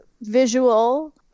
visual